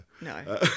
no